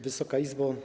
Wysoka Izbo!